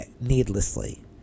needlessly